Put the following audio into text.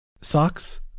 socks